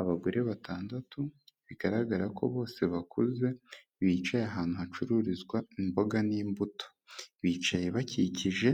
Abagore batandatu, bigaragara ko bose bakuze, bicaye ahantu hacururizwa imboga n'imbuto, bicaye bakikije